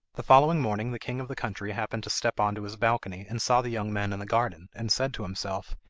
the following morning the king of the country happened to step on to his balcony, and saw the young men in the garden, and said to himself,